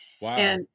Wow